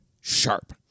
sharp